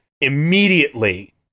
Immediately